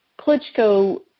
Klitschko